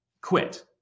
quit